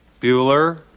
Bueller